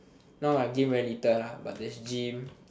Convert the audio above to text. no I game very little lah but then gym